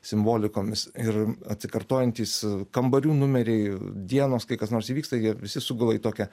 simbolikomis ir atsikartojantys kambarių numeriai dienos kai kas nors įvyksta jie visi sugula į tokią